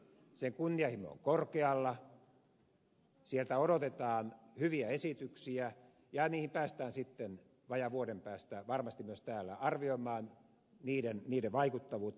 sen kunnianhimo on korkealla sieltä odotetaan hyviä esityksiä ja sitten vajaan vuoden päästä päästään varmasti myös täällä arvioimaan niiden vaikuttavuutta